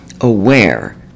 aware